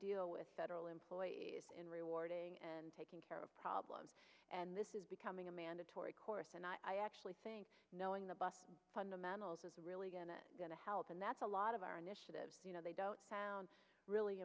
deal with federal employees in rewarding and taking care of problems and this is becoming a mandatory course and i actually think knowing the bus fundamentals is really going to going to help and that's a lot of our initiatives you know they don't sound really